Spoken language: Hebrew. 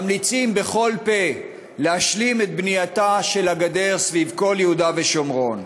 ממליצים בכל פה להשלים את בנייתה של הגדר סביב כל יהודה ושומרון.